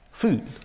Food